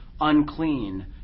unclean